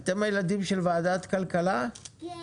בואו,